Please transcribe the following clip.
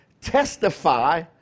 testify